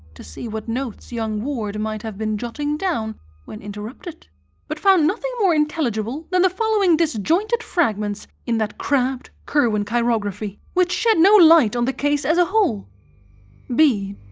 to see what notes young ward might have been jotting down when interrupted but found nothing more intelligible than the following disjointed fragments in that crabbed curwen chirography, which shed no light on the case as a whole b.